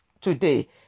Today